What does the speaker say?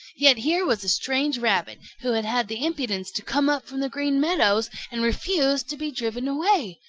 yet here was a strange rabbit who had had the impudence to come up from the green meadows and refused to be driven away.